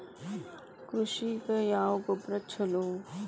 ಕೃಷಿಗ ಯಾವ ಗೊಬ್ರಾ ಛಲೋ?